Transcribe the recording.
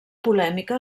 polèmica